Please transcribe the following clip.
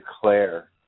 declare